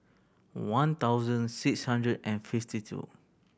one thousand six hundred and fifty two